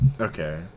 okay